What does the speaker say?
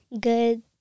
Good